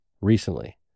recently